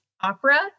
opera